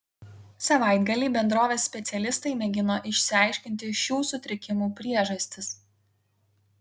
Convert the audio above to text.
savaitgalį bendrovės specialistai mėgino išsiaiškinti šių sutrikimų priežastis